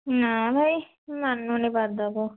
ନା ଭାଇ ମାନୁନି ପାଦକୁ